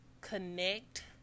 connect